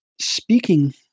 speaking